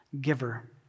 giver